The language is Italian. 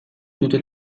tutte